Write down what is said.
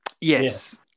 Yes